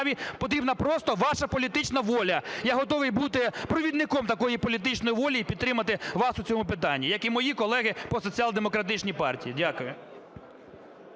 потрібна просто ваша політична воля. Я готовий бути провідником такої політичної волі і підтримати вас у цьому питанні, як і мої колеги по Соціал-демократичній партії. Дякую.